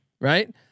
right